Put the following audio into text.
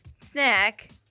snack